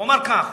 הוא אמר כך: